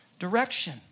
direction